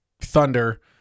thunder